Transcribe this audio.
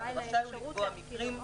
ורשאי הוא לקבוע מקרים,